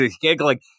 giggling